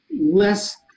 less